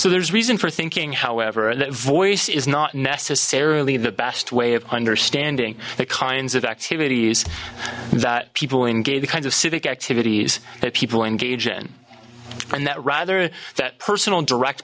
so there's reason for thinking however that voice is not necessarily the best way of understanding the kinds of activities that people engage the kinds of civic activities that people engage in and that rather that personal direct